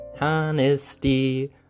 Honesty